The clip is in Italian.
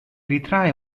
ritrae